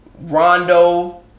Rondo